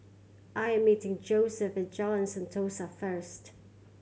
I'm meeting Joesph Jalan Sentosa first